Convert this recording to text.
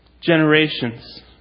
generations